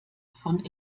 von